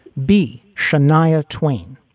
b, shanaya tween.